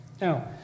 Now